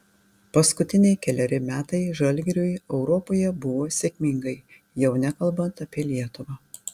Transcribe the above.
paskutiniai keleri metai žalgiriui europoje buvo sėkmingai jau nekalbant apie lietuvą